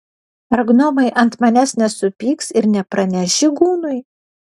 ar gnomai ant manęs nesupyks ir nepraneš žygūnui